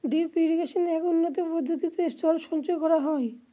drip ইরিগেশনে এক উন্নতম পদ্ধতিতে জল সঞ্চয় করা হয়